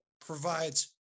provides